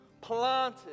planted